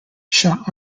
shot